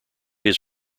his